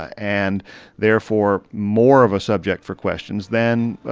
and therefore, more of a subject for questions than